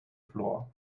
floor